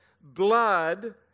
blood